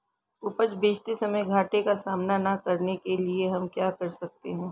उपज बेचते समय घाटे का सामना न करने के लिए हम क्या कर सकते हैं?